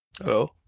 Hello